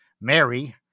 Mary